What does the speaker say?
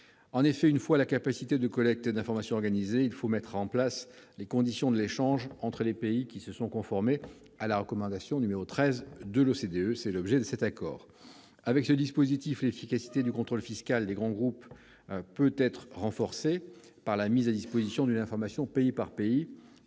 En effet, une fois la capacité de collecte d'informations organisée, il faut mettre en place les conditions de l'échange entre les pays s'étant conformés à la recommandation n°13 de l'OCDE. Tel est l'objet de cet accord. Avec ce dispositif, l'efficacité du contrôle fiscal des grands groupes peut être renforcée par la mise à disposition d'une information pays par pays,